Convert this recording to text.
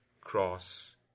cross